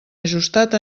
ajustat